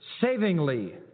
savingly